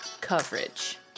coverage